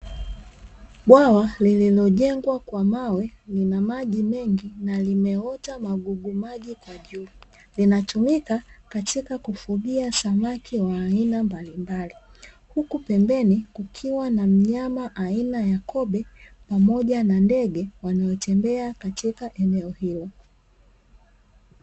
Bwawa lililojengwa kwa mawe, lina maji mengi na limeota magugu maji kwa juu. Linatumika katika kufugia samaki wa aina mbalimbali, huku pembeni kukiwa na mnyama aina ya kobe, pamoja na ndege wanaotembea katika eneo hilo.